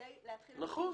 בדיוק.